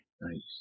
nice